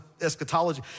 eschatology